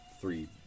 three